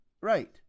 right